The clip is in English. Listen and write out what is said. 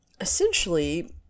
essentially